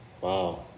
Wow